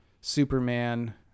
Superman